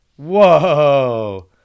whoa